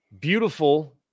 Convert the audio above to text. beautiful